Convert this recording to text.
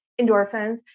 endorphins